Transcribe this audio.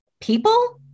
people